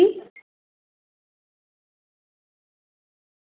सलवार सवा ॿ मीटर ईंदी आ ऐं कुर्तो अढाई मीटर ईंदी आ